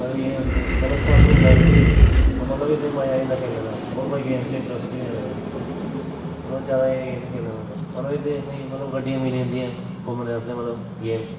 पर इयां मतलब फन होंदा एह्दे च ओह् मतलब ओह् एह्दे च मजा आई जंदा खेलने दा होर कोई गेम च इंट्ररस्ट नी ऐ मेरा होर ज्यादा एह् गेम खेलना होन्ना मतलब एह्दे च असेंगी मतलब गड्डियांं मिली जंदियां घूमने आस्तै मतलब गेम च